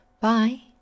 bye